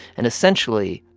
and essentially,